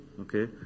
okay